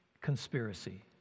conspiracy